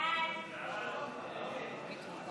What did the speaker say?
ולקיום תוקפן